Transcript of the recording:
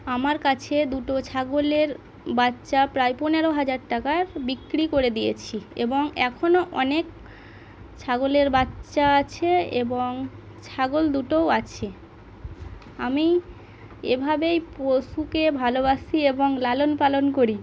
আমার কাছে দুটো ছাগলের বাচ্চা প্রায় পনেরো হাজার টাকার বিক্রি করে দিয়েছি এবং এখনও অনেক ছাগলের বাচ্চা আছে এবং ছাগল দুটোও আছে আমি এভাবেই পশুকে ভালোবাসি এবং লালন পালন করি